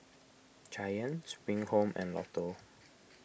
Giant Spring Home and Lotto